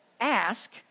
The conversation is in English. ask